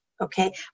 okay